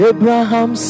Abraham